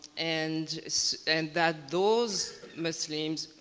and and that those muslims,